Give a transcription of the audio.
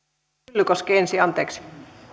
myllykoski ensin anteeksi